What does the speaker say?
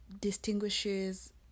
distinguishes